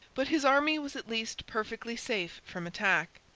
but his army was at least perfectly safe from attack.